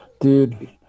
dude